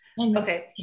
okay